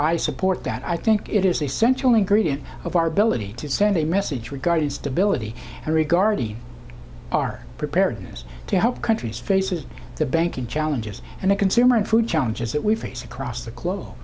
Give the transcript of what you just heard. i support that i think it is essential ingredient of our ability to send a message regarding stability and regarding our prepare yes to help countries faces the banking challenges and the consumer and food challenges that we face across the globe